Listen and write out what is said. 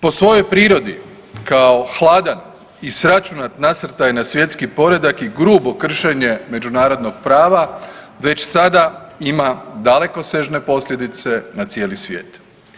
Po svojoj prirodi, kao hladan i sračunat nasrtaj na svjetski poredak i grubo kršenje međunarodnog prava, već sada ima dalekosežne posljedice na cijeli svijet.